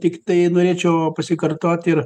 tiktai norėčiau pasikartoti ir